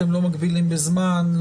אתם לא מגבילים בזמן.